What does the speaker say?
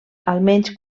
almenys